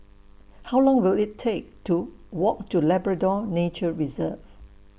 How Long Will IT Take to Walk to Labrador Nature Reserve